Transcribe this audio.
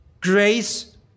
grace